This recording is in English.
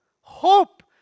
Hope